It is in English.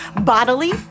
bodily